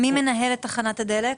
מי מנהל את תחנת הדלק?